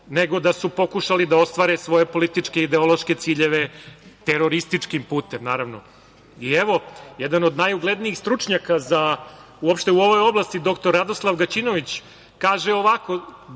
nego da su pokušali da ostvare svoje političke, ideološke ciljeve, terorističkim putem, naravno. Jedan od najuglednijih stručnjaka uopšte u ovoj oblasti, dr. Radoslav Gaćinović, po